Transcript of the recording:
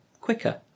quicker